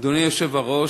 אדוני היושב-ראש,